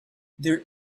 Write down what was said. there